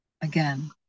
again